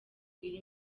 iri